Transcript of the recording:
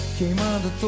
Queimando